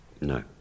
No